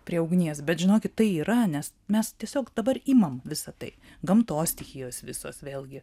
prie ugnies bet žinokit tai yra nes mes tiesiog dabar imam visa tai gamtos stichijos visos vėlgi